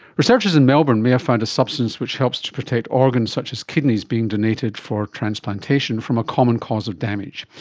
researchers in melbourne may have found a substance which helps to protect organs such as kidneys being donated for transplantation from a common cause of damage.